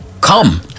come